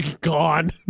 gone